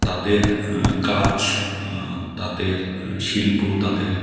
তাদের কাজ তাদের শিল্প তাদের